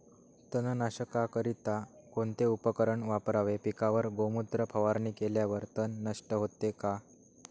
तणनाशकाकरिता कोणते उपकरण वापरावे? पिकावर गोमूत्र फवारणी केल्यावर तण नष्ट होते का?